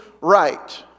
right